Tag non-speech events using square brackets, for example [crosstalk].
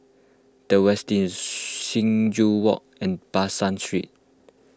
the Westin [noise] Sing Joo Walk and Ban San Street